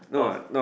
of